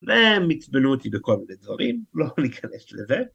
והם עיצבנו אותי וכל מיני דברים, לא ניכנס לזה.